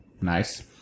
Nice